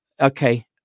Okay